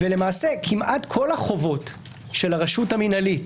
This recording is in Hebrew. למעשה כמעט כל החובות של הרשות המינהלית